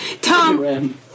Tom